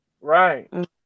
right